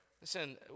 Listen